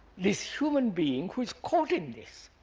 this human being who is caught in this?